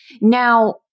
Now